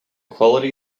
quality